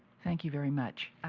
thank you very much.